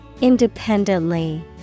INDEPENDENTLY